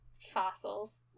Fossils